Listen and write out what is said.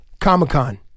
comic-con